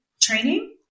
training